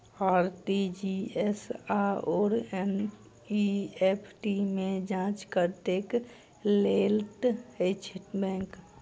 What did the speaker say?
RTGS आओर NEFT मे charge कतेक लैत अछि बैंक?